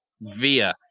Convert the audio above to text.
via